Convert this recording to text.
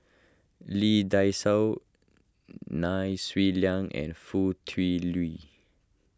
Lee Dai Soh Nai Swee Leng and Foo Tui Liew